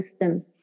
system